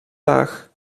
laag